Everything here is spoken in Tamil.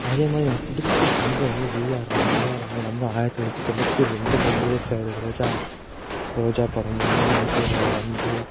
அதேமாதிரி எனக்கு பிடிச்ச சிங்கர் வந்து A R Rahman A R Rahman வந்து ஆயிரத்தி தொள்ளாயிரத்தி தொண்ணூற்றி ரெண்டுலேருந்தே இருக்கார் ரோஜா ரோஜா படம் மூலமாக வந்து வந்து